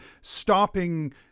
stopping